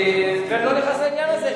ואני לא נכנס לעניין הזה.